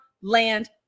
land